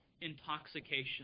intoxication